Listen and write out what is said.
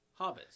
hobbits